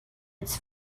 its